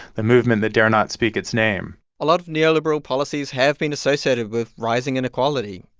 the movement that dare not speak its name a lot of neoliberal policies have been associated with rising inequality.